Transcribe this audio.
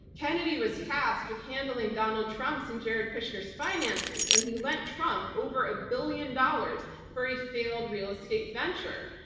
kennedy was tasked with handling donald trump's and jared kushner's finances, and he lent trump over a billion dollars for a failed real estate venture.